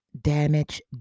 damage